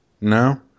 No